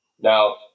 Now